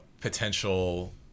potential